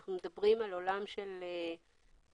כשאנחנו מדברים על עולם של שירותים,